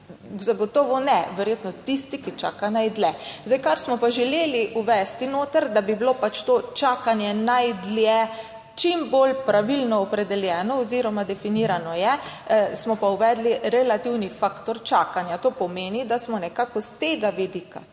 Zagotovo ne, verjetno tisti, ki čaka najdlje. Zdaj, kar smo pa želeli uvesti noter, da bi bilo pač to čakanje najdlje, čim bolj pravilno opredeljeno oziroma definirano je, smo pa uvedli relativni faktor čakanja. To pomeni, da smo nekako s tega vidika